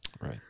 Right